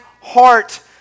heart